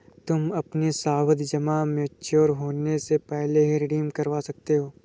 तुम अपनी सावधि जमा मैच्योर होने से पहले भी रिडीम करवा सकते हो